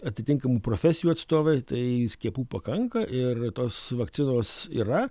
atitinkamų profesijų atstovai tai skiepų pakanka ir tos vakcinos yra